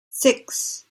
six